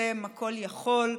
הקוסם הכל-יכול,